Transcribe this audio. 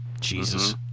Jesus